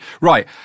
Right